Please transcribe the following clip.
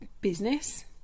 business